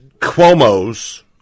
Cuomo's